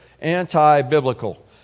anti-biblical